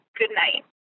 goodnight